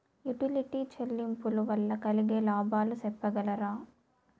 Utility చెల్లింపులు వల్ల కలిగే లాభాలు సెప్పగలరా?